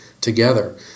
together